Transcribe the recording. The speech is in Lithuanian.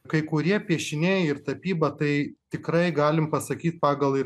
kai kurie piešiniai ir tapyba tai tikrai galim pasakyt pagal ir